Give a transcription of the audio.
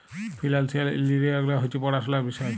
financial engineering হছে পড়াশুলার বিষয়